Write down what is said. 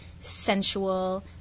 sensual